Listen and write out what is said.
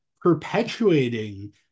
perpetuating